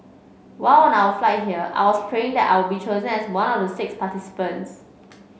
while on our flight here I was praying that I'll be chosen as one of the six participants